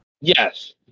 yes